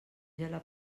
gela